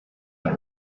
that